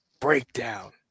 Breakdown